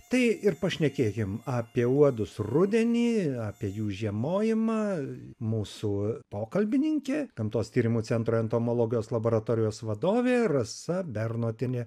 tai ir pašnekėkim apie uodus rudenį apie jų žiemojimą mūsų pokalbininkė gamtos tyrimų centro entomologijos laboratorijos vadovė rasa bernotienė